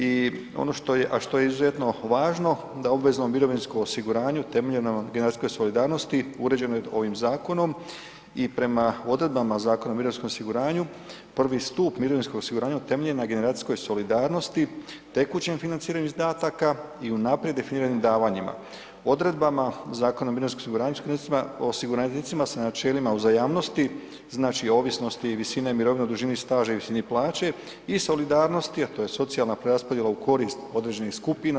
I ono što je, a što je izuzetno važno da obvezno mirovinsko osiguranju temeljeno na generacijskoj solidarnosti uređeno je ovim zakonom i prema odredbama Zakona o mirovinskom osiguranju prvi stup mirovinskog osiguranja utemeljeno na generacijskoj solidarnosti, tekućem financiranju izdataka i unaprijed definiranim davanjima, odredbama Zakona o mirovinskom osiguranju s osiguranicima sa načelima uzajamnosti, znači ovisnosti i visine mirovine u dužini staža i visini plaće i solidarnosti, a to je socijalna preraspodjela u korist određenih skupina.